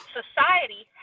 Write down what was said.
society